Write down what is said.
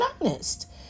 honest